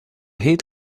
heat